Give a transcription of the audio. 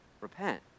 Repent